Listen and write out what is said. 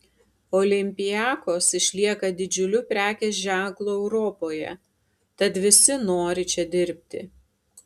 olympiakos išlieka didžiuliu prekės ženklu europoje tad visi nori čia dirbti